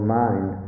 mind